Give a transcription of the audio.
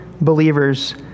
believers